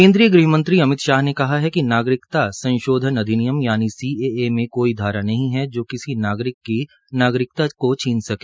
केन्द्रीय गृहमंत्री अमित शाह ने कहा है कि नागरिकता संशोधन अधिनियम यानि सीएए में कोई धारा नहीं है जो किसी नागरिक की नागरिकता को छीन सके